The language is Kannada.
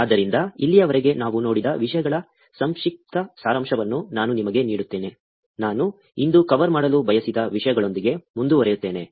ಆದ್ದರಿಂದ ಇಲ್ಲಿಯವರೆಗೆ ನಾವು ನೋಡಿದ ವಿಷಯಗಳ ಸಂಕ್ಷಿಪ್ತ ಸಾರಾಂಶವನ್ನು ನಾನು ನಿಮಗೆ ನೀಡುತ್ತೇನೆ ನಾನು ಇಂದು ಕವರ್ ಮಾಡಲು ಬಯಸಿದ ವಿಷಯಗಳೊಂದಿಗೆ ಮುಂದುವರಿಯುತ್ತೇನೆ